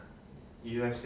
(uh huh)